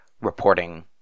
reporting